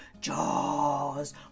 Jaws